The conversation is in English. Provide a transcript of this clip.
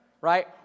right